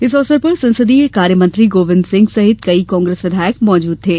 इस अवसर पर संसदीय कार्य मंत्री गोविंद सिंह सहित कई कांग्रेस विधायक मौजूद थे